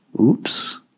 Oops